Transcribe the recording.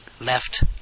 left